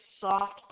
soft